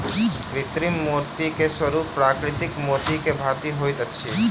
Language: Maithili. कृत्रिम मोती के स्वरूप प्राकृतिक मोती के भांति होइत अछि